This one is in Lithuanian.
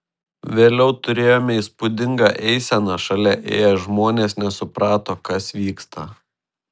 vėliau turėjome įspūdingą eiseną šalia ėję žmonės nesuprato kas vyksta